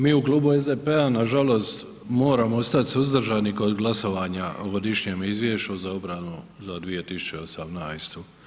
Mi u Klubu SDP-a nažalost moramo ostati suzdržani kod glasovanja o Godišnjem izvješću za obranu za 2018.